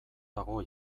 dago